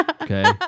Okay